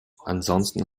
ansonsten